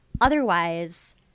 Otherwise